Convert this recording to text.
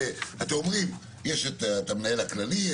אתם אומרים: יש את המנהל הכללי,